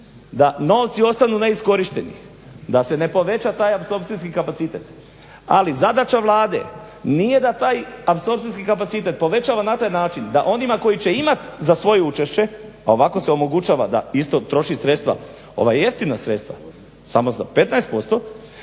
da novci ostanu neiskorišteni, da se ne poveća ta apsorpcijski kapacitet, ali zadaća Vlade nije da taj apsorpcijski kapacitet povećava na taj način da onima koji će imat za svoje učešće, a ovako se omogućava da isto troši sredstva, ova jeftina sredstva samo za 15%,